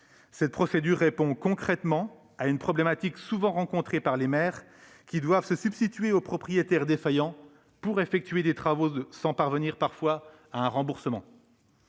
Cette procédure répond concrètement à une problématique souvent rencontrée par les maires, qui doivent se substituer aux propriétaires défaillants pour effectuer des travaux, sans toujours parvenir à un remboursement.